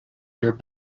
your